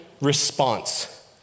response